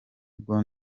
bwo